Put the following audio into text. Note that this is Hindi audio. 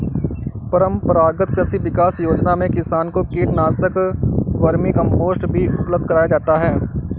परम्परागत कृषि विकास योजना में किसान को कीटनाशक, वर्मीकम्पोस्ट भी उपलब्ध कराया जाता है